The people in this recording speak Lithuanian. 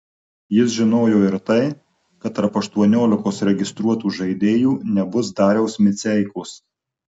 jis žinojo ir tai kad tarp aštuoniolikos registruotų žaidėjų nebus dariaus miceikos